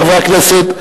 חברי הכנסת,